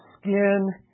skin